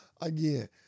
again